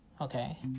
Okay